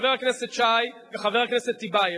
חבר הכנסת שי וחבר הכנסת טיבייב,